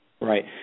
Right